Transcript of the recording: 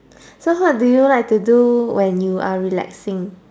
so what do you like to do when you are relaxing